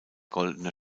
goldene